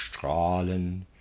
Strahlen